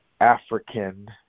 African